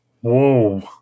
Whoa